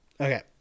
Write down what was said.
Okay